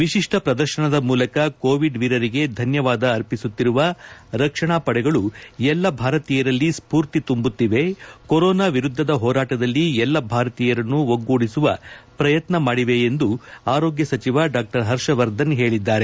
ವಿಶಿಷ್ಠ ಪ್ರದರ್ಶನದ ಮೂಲಕ ಕೋವಿಡ್ ವೀರರಿಗೆ ಧನ್ಯವಾದ ಅರ್ಪಿಸುತ್ತಿರುವ ರಕ್ಷಣಾ ಪಡೆಗಳು ಎಲ್ಲಾ ಭಾರತೀಯರಲ್ಲಿ ಸ್ಪೂರ್ತಿ ಶುಂಬುತ್ತಿವೆ ಕೊರೊನಾ ವಿರುದ್ದದ ಹೋರಾಟದಲ್ಲಿ ಎಲ್ಲಾ ಭಾರತೀಯರನ್ನು ಒಗ್ಗೂಡಿಸುವ ಪ್ರಯತ್ನ ಮಾಡಿವೆ ಎಂದು ಆರೋಗ್ಲ ಸಚಿವ ಡಾ ಹರ್ಷವರ್ಧನ್ ಹೇಳಿದ್ದಾರೆ